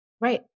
Right